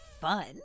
fun